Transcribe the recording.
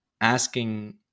asking